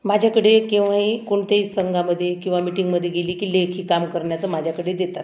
माझ्याकडे केव्हाही कोणत्याही संघामध्ये किंवा मिटिंगमध्ये गेली की लेखी काम करण्याचं माझ्याकडे देतात